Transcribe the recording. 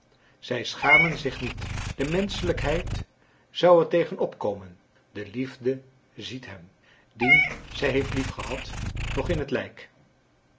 zij schamen zich niet de menschelijkheid zou er tegen opkomen de liefde ziet hem dien zij heeft liefgehad nog in zijn lijk